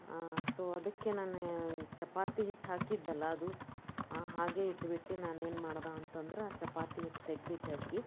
so ಅದಕ್ಕೆ ನಾನು ಚಪಾತಿ ಹಿಟ್ಟು ಹಾಕಿದ್ದಲ್ಲ ಅದು ಹಾಗೆ ಇಟ್ಬಿಟ್ಟು ನಾನೇನು ಮಾಡ್ದೆ ಅಂತಂದ್ರೆ ಚಪಾತಿ ಹಿಟ್ಟು ತೆಗೆದ್ಬಿಟ್ಟಾಕಿ